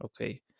okay